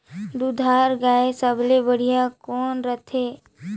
दुधारू गाय सबले बढ़िया कौन रथे?